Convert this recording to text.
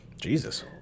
Jesus